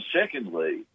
secondly